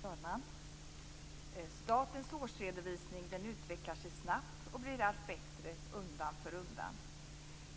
Fru talman! Statens årsredovisning utvecklar sig snabbt och blir allt bättre undan för undan.